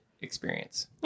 experience